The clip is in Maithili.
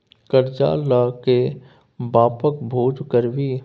करजा ल कए बापक भोज करभी?